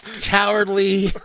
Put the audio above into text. cowardly